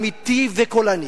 אמיתי וקולני.